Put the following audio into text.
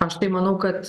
aš tai manau kad